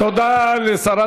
תודה לשרת